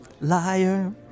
Liar